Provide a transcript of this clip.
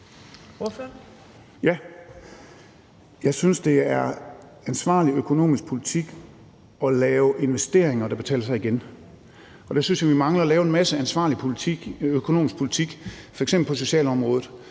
Jeg synes, det er ansvarlig økonomisk politik at lave investeringer, der betaler sig tilbage igen. Og der synes jeg, vi mangler at lave en masse ansvarlig økonomisk politik, f.eks. på socialområdet,